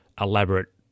elaborate